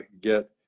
get